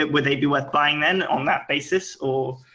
would they be worth buying then on that basis or?